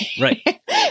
Right